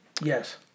Yes